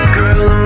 Girl